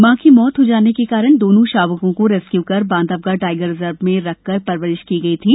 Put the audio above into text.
माँ की मृत्यू हो जाने के कारण दोनों शावकों रेस्क्यू कर बाँधवगढ़ टाईगर रिजर्व में रख परवरिश की गई थी